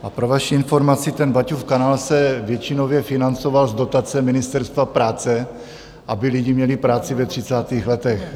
A pro vaši informaci, ten Baťův kanál se většinově financoval z dotace Ministerstva práce, aby lidi měli práci ve třicátých letech.